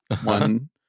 One